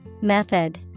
Method